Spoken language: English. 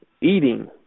eating